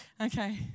Okay